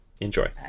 Enjoy